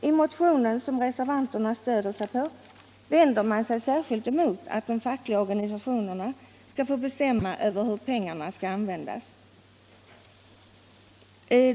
I motionen, som reservanterna stöder sig på, vänder man sig särskilt mot att de fackliga organisationerna skall få bestämma över hur pengarna skall användas.